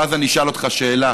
ואז אני אשאל אותך שאלה.